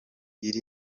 iri